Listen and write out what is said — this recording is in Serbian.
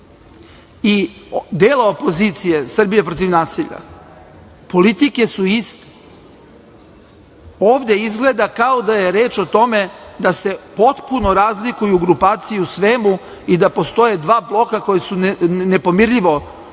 i dela opozicije "Srbija protiv nasilja", politike su iste. Ovde izgleda kao da je reč o tome da se potpuno razlikuju grupacije u svemu i da postoje dva bloka koja su nepomirljivo posvađana